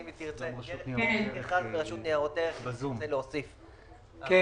גם היום חלות על חתמים מגבלות שנועדו למנוע ניגודי עניינים.